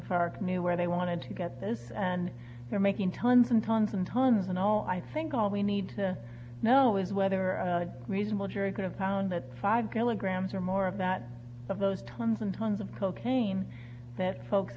knew where they wanted to get this and they're making tons and tons and tons and all i think all we need to know is whether a reasonable jury could have found that five kilograms or more of that of those tons and tons of cocaine that folks